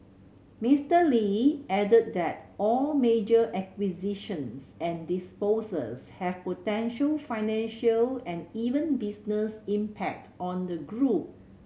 Mister Lee added that all major acquisitions and disposals have potential financial and even business impact on the group